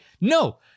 no